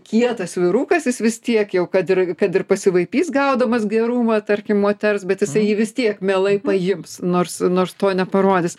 kietas vyrukas jis vis tiek jau kad ir kad ir pasivaipys gaudamas gerumą tarkim moters bet jisai jį vis tiek mielai paims nors nors to neparodys